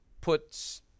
puts –